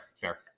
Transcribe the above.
fair